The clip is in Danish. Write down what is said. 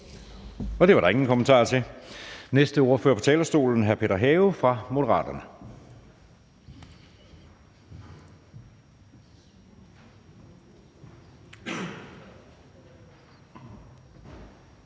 Det er der ingen kommentarer til. Den næste ordfører på talerstolen er hr. Peter Have fra Moderaterne.